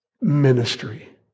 ministry